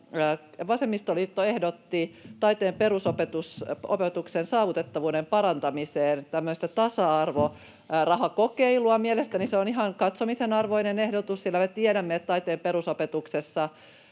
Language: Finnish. Vasemmistoliitto ehdotti taiteen perusopetuksen saavutettavuuden parantamiseen tämmöistä tasa-arvorahakokeilua. Mielestäni se on ihan katsomisen arvoinen ehdotus, sillä me tiedämme, että taiteen perusopetuksessa